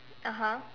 (uh huh)